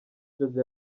jojo